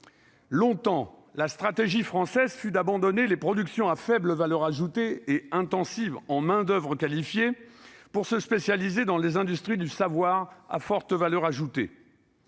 Longtemps, la stratégie française fut d'abandonner les productions à faible valeur ajoutée et intensives en main-d'oeuvre peu qualifiée pour se spécialiser dans les industries du savoir à forte valeur ajoutée.